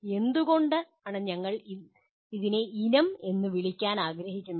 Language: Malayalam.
എന്തുകൊണ്ടാണ് ഞങ്ങൾ ഇതിനെ ഇനം എന്ന് വിളിക്കാൻ ആഗ്രഹിക്കുന്നത്